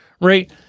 right